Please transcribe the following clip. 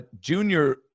Junior